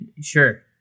Sure